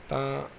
ਤਾਂ